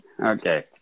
Okay